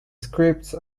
scripts